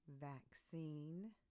Vaccine